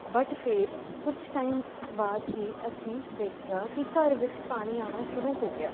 but ਫਿਰ ਕੁਛ time ਬਾਅਦ ਹੀ ਅਸੀਂ ਦੇਖਿਆ ਕਿ ਘਰ ਵਿੱਚ ਪਾਣੀ ਆਉਣਾ ਸ਼ੁਰੂ ਹੋ ਗਿਆ